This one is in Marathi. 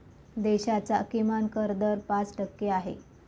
देशाचा किमान कर दर पाच टक्के आहे